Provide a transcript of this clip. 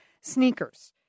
Sneakers